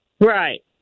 Right